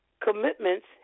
commitments